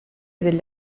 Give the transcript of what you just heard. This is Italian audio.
degli